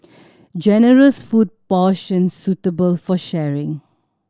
generous food portions suitable for sharing